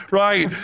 right